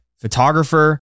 photographer